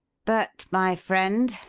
but, my friend,